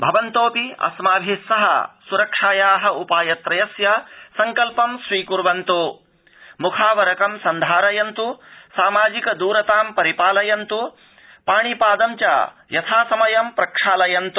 भवन्तोऽपि अस्माभि सह सरक्षाया उपाय त्रयस्य सङ्कल्प स्वीकुर्वन्तु म्खावरकं सन्धारयन्त् सामाजिक दूरतां परि पालयन्तु पाणि पाद च यथा समय प्रक्षालयन्त्